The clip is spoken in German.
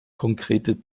konkrete